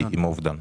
האובדן.